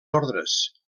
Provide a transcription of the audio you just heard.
ordres